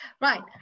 right